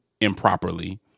improperly